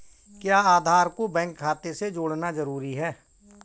क्या आधार को बैंक खाते से जोड़ना जरूरी है?